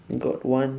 got one